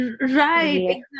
Right